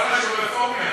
עיסאווי,